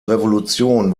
revolution